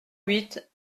huit